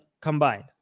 combined